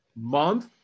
month